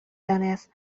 دانست